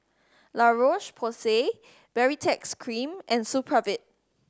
La Roche Porsay Baritex Cream and Supravit